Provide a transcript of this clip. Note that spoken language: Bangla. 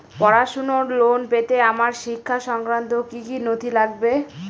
পড়াশুনোর লোন পেতে আমার শিক্ষা সংক্রান্ত কি কি নথি লাগবে?